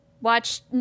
Watch